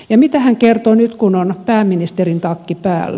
ja mitä hän kertoi nyt kun on pääministerin takki päällä